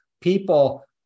People